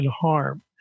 harm